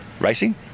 racing